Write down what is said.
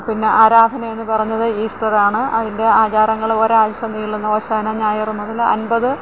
പിന്നെ ആരാധന എന്ന് പറഞ്ഞത് ഈസ്റ്റർ ആണ് അതിന്റെ ആചാരങ്ങൾ ഒരാഴ്ച്ച നീളുന്നു ഓശാന ഞായറും അതെല്ലാം അന്പത്